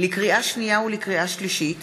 לקריאה שנייה ולקריאה שלישית: